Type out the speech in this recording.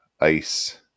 ice